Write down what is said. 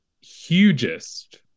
hugest